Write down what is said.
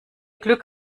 glück